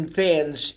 fans